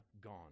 gone